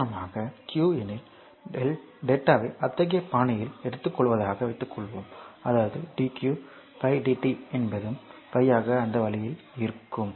உதாரணமாக q எனில் டேட்டாவை அத்தகைய பாணியில் எடுத்துக்கொள்வதாக வைத்துக்கொள்வோம் அதாவது dq 5 dt என்பதும் 5 ஆக அந்த வழியில் இருக்கும்